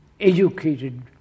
educated